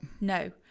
No